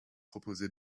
proposer